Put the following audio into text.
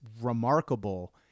remarkable